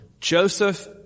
Joseph